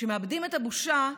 כשמאבדים את הבושה,